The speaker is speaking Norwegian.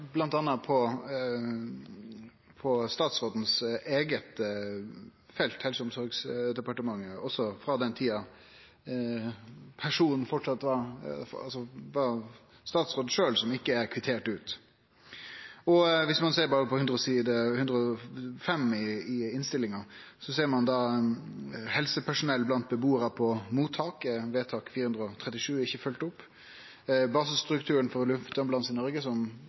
på statsråden sitt eige felt, Helse- og omsorgsdepartementet, og også frå statsråden si eiga tid, som ikkje er kvitterte ut. Viss ein ser på side 105 i innstillinga, ser ein at «helsepersonell blant beboere på mottak», vedtak nr. 437, ikkje er følgt opp. «Basestrukturen for luftambulansen i Norge», som